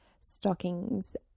stockings